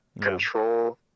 control